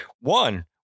One